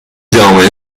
جامعه